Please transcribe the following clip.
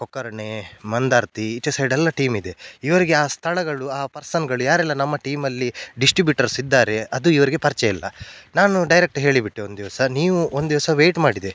ಕೊಕ್ಕರ್ಣೆ ಮಂದಾರ್ತಿ ಈಚೆ ಸೈಡೆಲ್ಲ ಟೀಮಿದೆ ಇವರಿಗೆ ಆ ಸ್ಥಳಗಳು ಆ ಪರ್ಸನ್ಗಳು ಯಾರೆಲ್ಲ ನಮ್ಮ ಟೀಮಲ್ಲಿ ಡಿಸ್ಟ್ರಿಬ್ಯೂಟರ್ಸ್ ಇದ್ದಾರೆ ಅದು ಇವರಿಗೆ ಪರಿಚಯ ಇಲ್ಲ ನಾನು ಡೈರೆಕ್ಟ್ ಹೇಳಿ ಬಿಟ್ಟೆ ಒಂದು ದಿವಸ ನೀವು ಒಂದು ದಿವಸ ವೇಯ್ಟ್ ಮಾಡಿದೆ